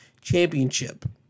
Championship